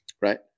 Right